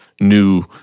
new